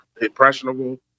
impressionable